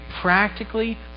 practically